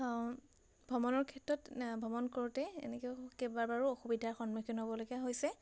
ভ্ৰমণৰ ক্ষেত্ৰত ভ্ৰমণ কৰোঁতে এনেকৈ কেইবাবাৰো অসুবিধাৰ সন্মুখীন হ'বলগীয়া হৈছে